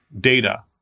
data